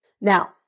Now